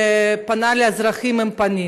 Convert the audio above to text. ופנה עם הפנים